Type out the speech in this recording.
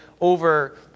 over